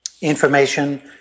information